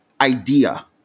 idea